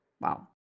Wow